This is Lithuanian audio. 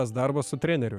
tas darbas su treneriu